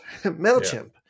mailchimp